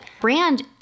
brand